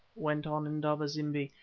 went on indaba-zimbi,